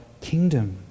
kingdom